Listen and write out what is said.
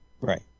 Right